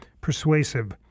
persuasive